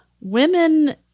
women